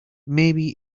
maybe